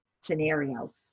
scenario